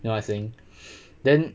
you know what I saying then